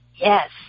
Yes